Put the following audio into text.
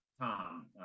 Tom